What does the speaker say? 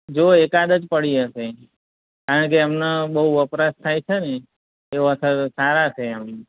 જો એકાદ જ પડી હશે કારણકે એમનો બહુ વપરાશ થાય છે ને એ ઓથર સારા છે એમ